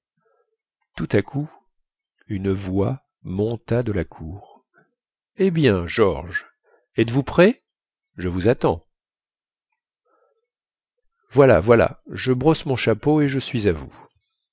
tout à coup une voix monta de la cour eh bien george êtes-vous prêt je vous attends voilà voilà je brosse mon chapeau et je suis à vous